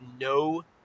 no